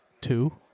two